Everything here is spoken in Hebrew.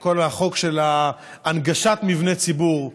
כל החוק של הנגשת מבני ציבור,